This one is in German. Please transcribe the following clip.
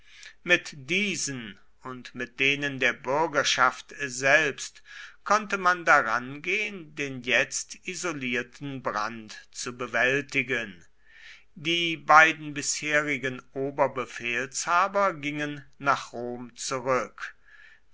mit diesen und mit denen der bürgerschaft selbst konnte man daran gehen den jetzt isolierten brand zu bewältigen die beiden bisherigen oberbefehlshaber gingen nach rom zurück